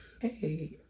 hey